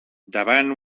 davant